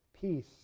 peace